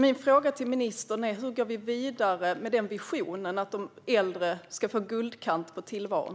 Min fråga till ministern är: Hur går vi vidare med visionen om att de äldre ska få en guldkant på tillvaron?